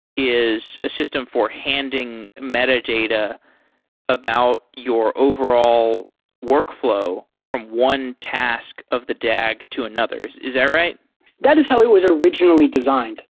is a system for handing metadata about your overall workflow from one task of the dag to another. is that right? that is how it was originally designed.